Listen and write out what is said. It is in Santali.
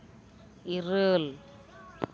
ᱤᱨᱟᱹᱞ